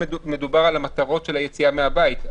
מדובר על המטרות של היציאה מהבית,